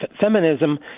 feminism